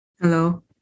Hello